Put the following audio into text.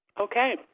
Okay